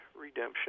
redemption